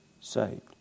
Saved